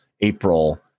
April